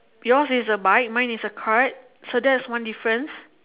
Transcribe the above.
yours is a bike mine is a cart so that's one difference